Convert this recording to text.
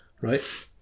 Right